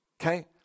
Okay